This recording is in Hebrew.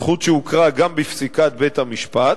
זכות שהוכרה גם בפסיקת בית-המשפט,